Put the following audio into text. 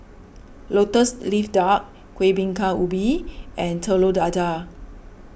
Lotus Leaf Duck Kueh Bingka Ubi and Telur Dadah